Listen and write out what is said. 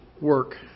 work